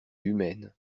humaines